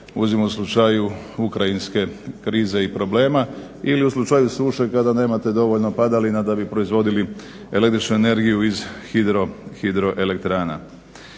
uzmimo u slučaju ukrajinske krize i problema ili u slučaju suše kada nemate dovoljno padalina da bi proizvodili električnu energiju iz hidro elektrana.